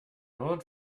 old